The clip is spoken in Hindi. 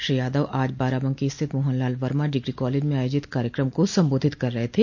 श्री यादव आज बाराबंकी स्थित मोहनलाल वर्मा डिग्री कॉलेज में आयोजित कार्यकम को संबोधित कर रहे थे